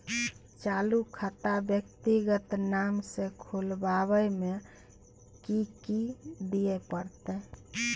चालू खाता व्यक्तिगत नाम से खुलवाबै में कि की दिये परतै?